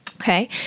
Okay